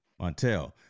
Montel